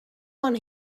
one